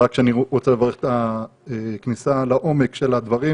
רק שאני רוצה לברך את הכניסה לעומק של הדברים.